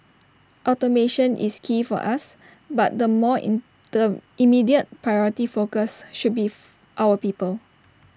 automation is key for us but the more immediate priority focus should be our people